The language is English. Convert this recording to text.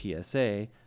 PSA